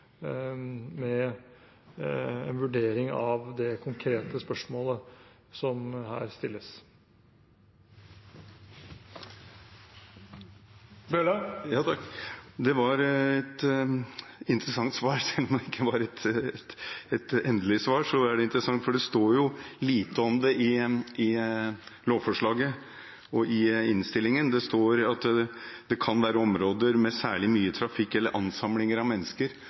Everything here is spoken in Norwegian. med en vurdering av det konkrete spørsmålet som her stilles. Selv om det ikke var et endelig svar, var det et interessant svar, for det står lite om det i lovforslaget og i innstillingen. Det står at det kan være områder med særlig mye trafikk eller ansamlinger av mennesker, og jeg anser de områdene i indre by, f.eks. på Karl Johan, hvor det er veldig tett med mennesker